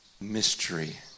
mystery